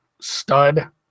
stud